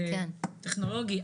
זה טכנולוגי,